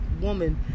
woman